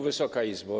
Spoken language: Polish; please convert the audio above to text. Wysoka Izbo!